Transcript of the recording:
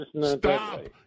Stop